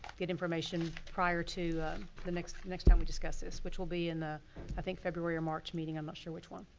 information prior to the next next time we discuss this which will be in the i think february or march meeting, i'm not sure which one.